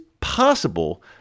possible